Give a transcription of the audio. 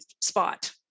spot